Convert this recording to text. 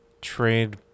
trade